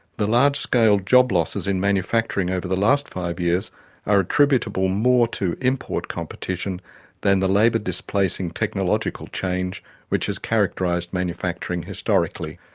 the large scale job losses in manufacturing over the last five years are attributable more to import competition than the labour-displacing technological change which has characterised manufacturing historically.